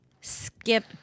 Skip